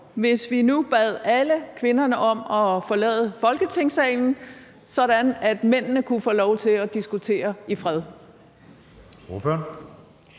hvis vi nu bad alle kvinderne om at forlade Folketingssalen, sådan at mændene kunne få lov til at diskutere i fred?